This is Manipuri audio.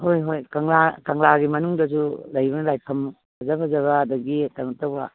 ꯍꯣꯏ ꯍꯣꯏ ꯀꯪꯂꯥ ꯀꯪꯂꯥꯒꯤ ꯃꯅꯨꯡꯗꯁꯨ ꯂꯩꯔꯤꯕ ꯂꯥꯏꯐꯝ ꯐꯖ ꯐꯖꯕ ꯑꯗꯒꯤ ꯀꯩꯅꯣ ꯇꯧꯕ